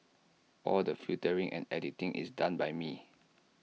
all the filtering and editing is done by me